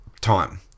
time